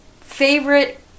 Favorite